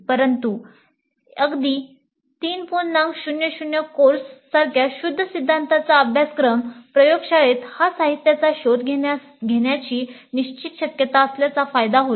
परंतु अगदी300 कोर्स सारख्या शुद्ध सिद्धांताचा अभ्यासक्रम प्रयोगशाळेत त्या साहित्याचा शोध घेण्याची निश्चित शक्यता असल्याचा फायदा होईल